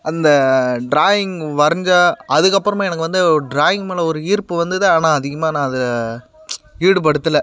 அந்த ட்ராயிங் வரைஞ்ச அதுக்கப்புறமும் எனக்கு வந்து ட்ராயிங் மேலே ஒரு ஈர்ப்பு வந்தது ஆனால் அதிகமாக நான் அதை ஈடுபடுத்தலை